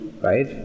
right